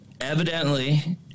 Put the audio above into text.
evidently